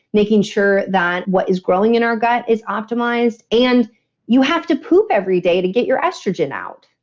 making sure that what is growing in our gut is optimized and you have to poop every day to get your estrogen out